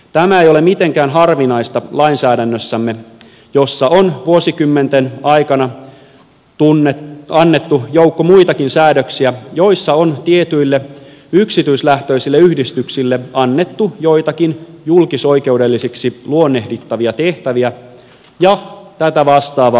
tämä ei ole mitenkään harvinaista lainsäädännössämme jossa on vuosikymmenten aikana annettu joukko muitakin säädöksiä joissa on tietyille yksityislähtöisille yhdistyksille annettu joitakin julkisoikeudellisiksi luonnehdittavia tehtäviä ja tätä vastaavaa rahoitusta